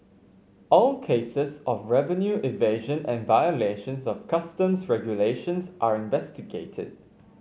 all cases of revenue evasion and violations of customs regulations are investigated